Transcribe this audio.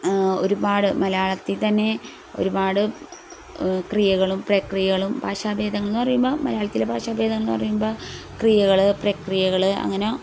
ഒരുപാട് മലയാളത്തിൽത്തന്നെ ഒരുപാട് ക്രിയകളും പ്രക്രിയകളും ഭാഷാഭേദങ്ങൾ എന്നു പറയുമ്പോൾ മലയാളത്തിലെ ഭാഷാഭേദം എന്നു പറയുമ്പോൾ ക്രിയകൾ പ്രക്രിയകൾ അങ്ങനെ